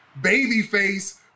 Babyface